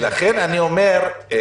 ולכן אני חוזר.